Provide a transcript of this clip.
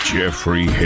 Jeffrey